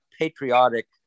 patriotic